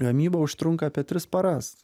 gamyba užtrunka apie tris paras